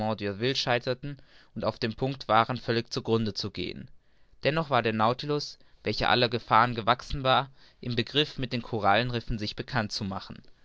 scheiterten und auf dem punkt waren völlig zu grunde zu gehen dennoch war der nautilus welcher allen gefahren gewachsen war im begriff mit den korallenriffen sich bekannt zu machen